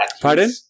Pardon